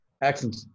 Excellent